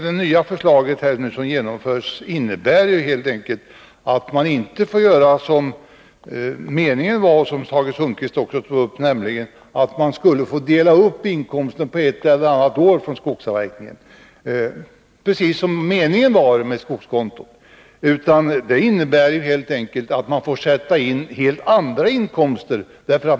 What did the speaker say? Det nya förslaget innebär, om det genomförs, helt enkelt att man inte får göra som meningen var, något som Tage Sundkvist också tog upp, nämligen dela upp inkomster från skogsavverkningen på ett eller ett par år — precis som meningen var med skogskontona. Detta innebär helt enkelt att man får sätta in helt andra inkomster.